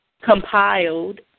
compiled